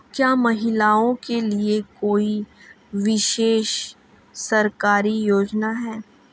क्या महिलाओं के लिए कोई विशेष सरकारी योजना है?